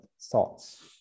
thoughts